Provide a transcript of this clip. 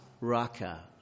raka